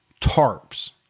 tarps